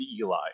Eli